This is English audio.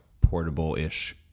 portable-ish